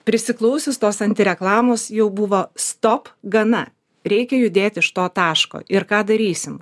prisiklausius tos anti reklamos jau buvo stop gana reikia judėti iš to taško ir ką darysim